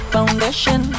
Foundation